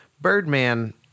Birdman